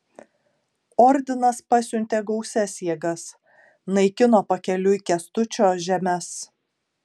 ordinas pasiuntė gausias jėgas naikino pakeliui kęstučio žemes